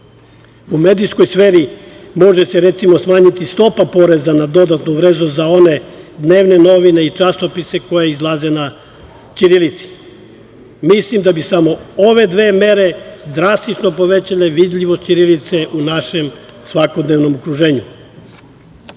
U medijskoj sferi može se, recimo, smanjiti stopa poreza na dodatnu vrednost za one dnevne novine i časopise koji izlaze na ćirilici. Mislim da bi samo ove dve mere drastično povećale vidljivost ćirilice u našem svakodnevnom